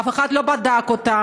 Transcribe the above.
אף אחד לא בדק אותן.